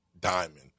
diamond